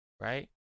right